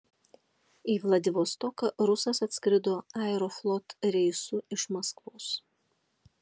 į vladivostoką rusas atskrido aeroflot reisu iš maskvos